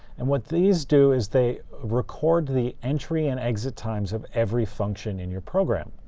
and what these do is they record the entry and exit times of every function in your program.